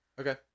Okay